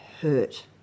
hurt